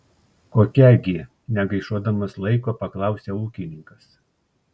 kokia gi negaišuodamas laiko paklausia ūkininkas